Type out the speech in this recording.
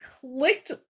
clicked